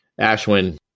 Ashwin